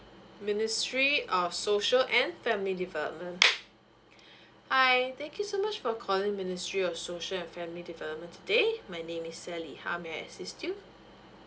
ministry of social and family development hi thank you so much for calling ministry of social and family development today my name is sally how may I assist you